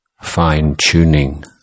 fine-tuning